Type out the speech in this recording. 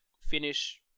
finish